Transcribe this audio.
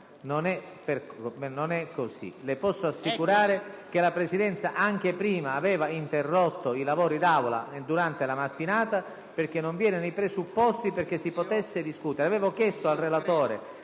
non è così. Le posso assicurare che la Presidenza aveva interrotto i lavori d'Aula anche durante la mattinata perché non vi erano i presupposti per poter discutere. Avevo chiesto al relatore